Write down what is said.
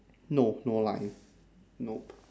no no line nope